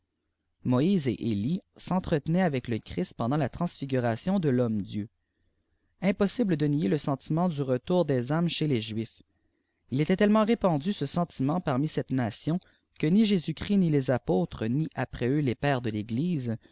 moïse et élie s'entretenaient avec le christ pendant la transfiguration de l'homme dieu impossible de nier le sentiment du retoilr des âmes ehez'ks ftnfs b était tellement répandu ce sentimeijit parmi cette natién tjue ûi j'ésusmchrist ni les apôbrés ni après eux l pères de iteglise